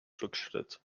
rückschritt